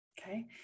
okay